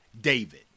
David